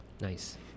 nice